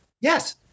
Yes